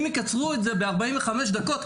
אם יקצרו את זה ב-45 דקות,